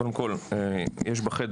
קודם כל, יש בחדר